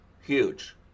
Huge